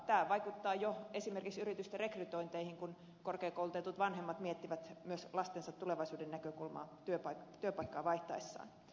tämä vaikuttaa jo esimerkiksi yritysten rekrytointeihin kun korkeakoulutetut vanhemmat miettivät myös lastensa tulevaisuuden näkökulmaa työpaikkaa vaihtaessaan